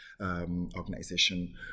organization